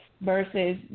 versus